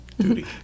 Duty